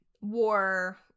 war